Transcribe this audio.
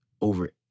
over